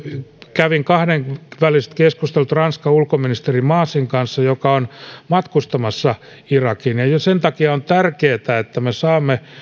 kävin kahdenväliset keskustelut saksan ulkoministeri maasin kanssa joka on matkustamassa irakiin sen takia on tärkeää että me saamme